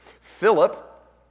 Philip